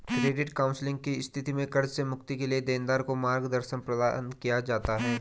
credit counselling की स्थिति में कर्ज से मुक्ति के लिए देनदार को मार्गदर्शन प्रदान किया जाता है